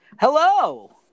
Hello